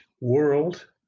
world